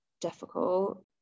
difficult